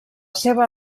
seva